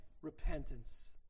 repentance